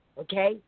Okay